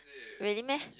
really meh